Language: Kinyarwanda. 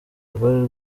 rwari